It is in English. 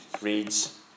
reads